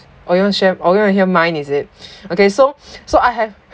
or you want share or you want to hear mine is it okay so so I have